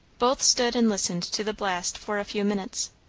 both stood and listened to the blast for a few minutes.